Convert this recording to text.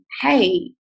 hey